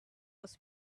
was